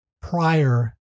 prior